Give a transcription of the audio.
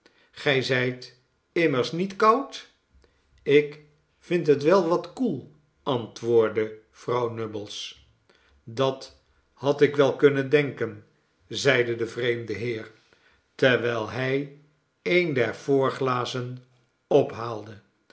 gij zijt immers niet koud ik vind het wel wat koel antwoordde vrouw nubbles dat had ik wel kunnen denken zeide de vreemde heer terwijl hij een der voorglazen ophaalde